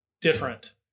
different